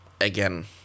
again